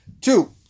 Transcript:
Two